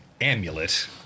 amulet